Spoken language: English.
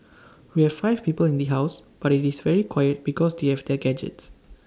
we have five people in the house but IT is very quiet because they have their gadgets